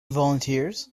volunteers